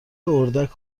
اردک